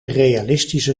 realistische